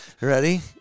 Ready